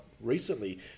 recently